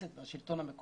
הכנסת והשלטון המקומי.